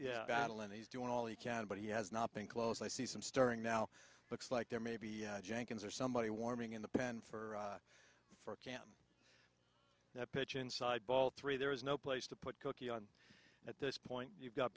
and he's doing all he can but he has not been close i see some starting now looks like there may be jenkins or somebody warming in the pan for for cam that pitch inside ball three there is no place to put cookie on at this point you've got